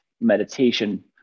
meditation